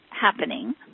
happening